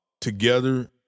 Together